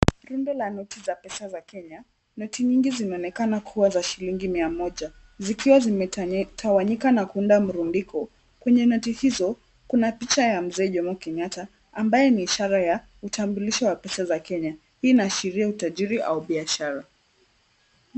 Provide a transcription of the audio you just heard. Kundi la noti za pesa za Kenya. Noti mingi zinaonekana kuwa za shilingi mia moja, zikiwa zimetawanyika na kuunda muundiko. Kwenye noti hizo, kuna picha ya mzee Jomo Kenyatta, ambaye ni ishara ya utambulisho wa pesa za Kenya. Hii inaashiria utajiri au biashara.